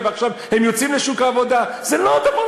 דקה,